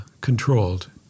controlled